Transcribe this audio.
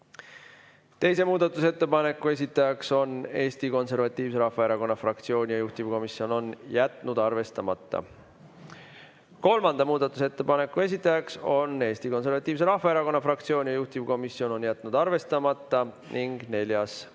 Teise muudatusettepaneku esitaja on Eesti Konservatiivse Rahvaerakonna fraktsioon ja juhtivkomisjon on jätnud arvestamata. Kolmanda muudatusettepaneku esitaja on Eesti Konservatiivse Rahvaerakonna fraktsioon ja juhtivkomisjon on jätnud arvestamata. Ning neljas